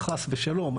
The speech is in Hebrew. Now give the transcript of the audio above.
חס ושלום,